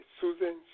Susan